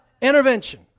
intervention